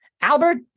Albert